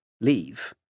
leave